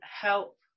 help